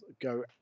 go